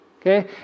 Okay